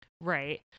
Right